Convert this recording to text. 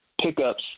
pickups